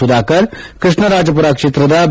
ಸುಧಾಕರ್ ಕೃಷ್ಣರಾಜಪುರ ಕ್ಷೇತ್ರದ ಬಿ